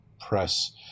press